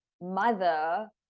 mother